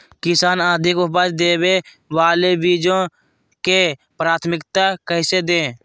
किसान अधिक उपज देवे वाले बीजों के प्राथमिकता कैसे दे?